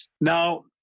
Now